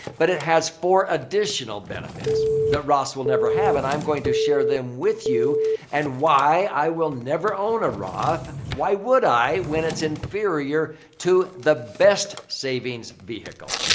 but it has four additional benefits that roths will never have. and i'm going to share them with you and why i will never own a roth. why would i when it's inferior to the best savings vehicle?